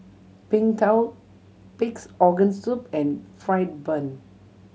Png Tao Pig's Organ Soup and fried bun